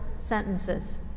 sentences